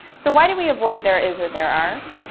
so why do we avoid there is or there are?